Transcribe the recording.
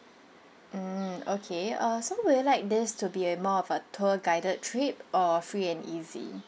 mm okay err so would you like this to be a more of a tour guided trip or a free and easy